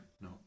no